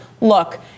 look